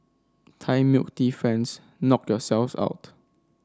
Thai milk tea fans knock yourselves out